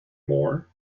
moore